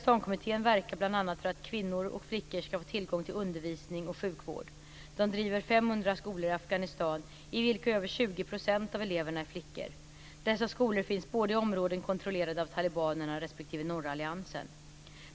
SAK verkar bl.a. för att flickor och kvinnor ska få tillgång till undervisning och sjukvård. SAK driver 500 skolor i Afghanistan i vilka över 20 % av eleverna är flickor. Dessa skolor finns både i områden kontrollerade av talibanerna respektive norra alliansen.